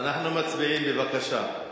אנחנו מצביעים, בבקשה.